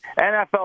NFL